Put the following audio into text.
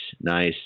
nice